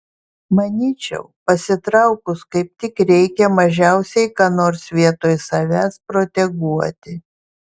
manyčiau pasitraukus kaip tik reikia mažiausiai ką nors vietoj savęs proteguoti